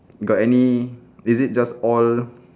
got any is it just all